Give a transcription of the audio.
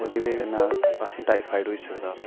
ओह्दी बजह् कन्नै असें ई टाइफाइड होई सकदा